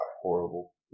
horrible